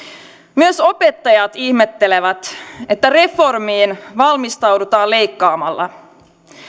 myös opettajat ihmettelevät että reformiin valmistaudutaan leikkaamalla